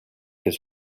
his